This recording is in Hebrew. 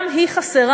גם היא חסרה.